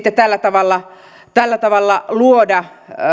mukaan ja myöskin sitten tällä tavalla luoda